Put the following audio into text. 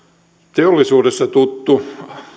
teollisuudesta tutun